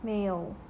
没有